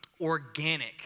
organic